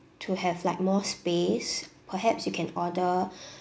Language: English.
to have like more space perhaps you can order